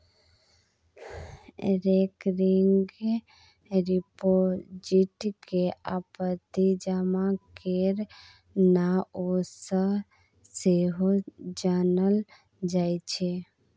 recurring deposit केँ आवर्ती जमा केर नाओ सँ सेहो जानल जाइ छै